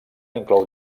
inclou